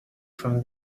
from